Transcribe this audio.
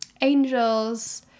angels